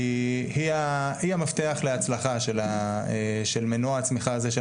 היא המפתח להצלחה של מנוע הצמיחה הזה של